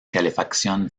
calefacción